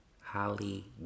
Holly